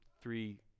three